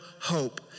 hope